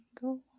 go